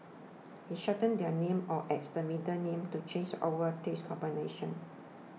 he shortens their names or adds the middle name to change over taste combination